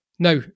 Now